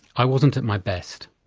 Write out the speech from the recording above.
i wasn't at my best.